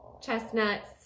chestnuts